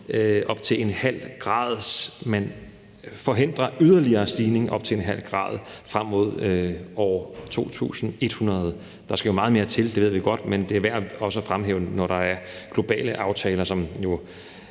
som forhindres af yderligere stigning frem mod 2100. Der skal jo meget mere til, og det ved vi godt, men det er også værd at fremhæve, når der er globale aftaler, som jo